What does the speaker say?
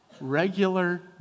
regular